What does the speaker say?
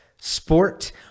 sport